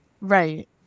Right